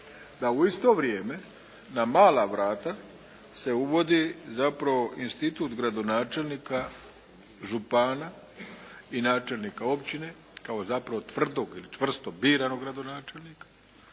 da u isto vrijeme na mala vrata se uvodi zapravo institut gradonačelnika, župana i načelnika općine kao zapravo tvrdog ili čvrsto biranog gradonačelnika